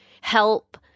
help